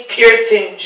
Pearson